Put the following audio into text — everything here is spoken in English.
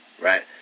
right